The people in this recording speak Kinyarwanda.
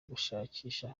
gushakisha